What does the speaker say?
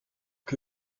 que